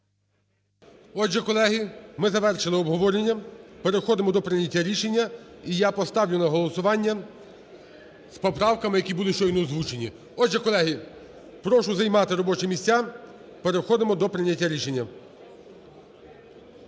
Отже, колеги, ми завершили обговорення, переходимо до прийняття рішення. І я поставлю на голосування з поправками, які були щойно озвучені. Отже, колеги, прошу займати робочі місця, переходимо до прийняття рішення.